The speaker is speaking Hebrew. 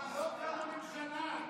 לא קמה הממשלה.